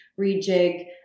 rejig